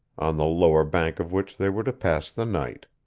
on the lower bank of which they were to pass the night.